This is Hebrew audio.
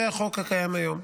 זה החוק הקיים היום.